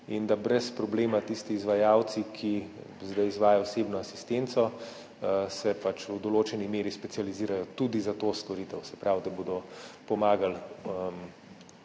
in da se brez problema tisti izvajalci, ki zdaj izvajajo osebno asistenco, v določeni meri specializirajo tudi za to storitev, se pravi, da bodo pomagali